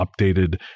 updated